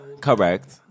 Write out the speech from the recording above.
Correct